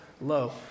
low